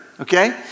okay